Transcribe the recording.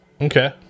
Okay